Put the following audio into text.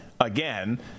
again